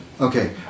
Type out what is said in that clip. Okay